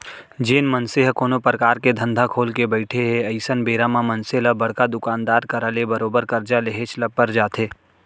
जेन मनसे ह कोनो परकार के धंधा खोलके बइठे हे अइसन बेरा म मनसे ल बड़का दुकानदार करा ले बरोबर करजा लेहेच ल पर जाथे